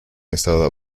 estaba